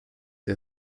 ihr